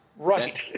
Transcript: Right